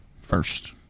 first